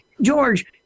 George